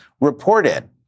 reported